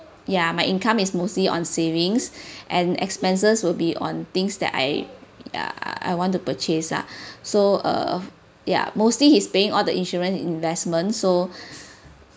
ya my income is mostly on savings and expenses will be on things that I ya I I want to purchase ah so uh ya mostly he's paying all the insurance investments so